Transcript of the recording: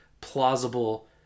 plausible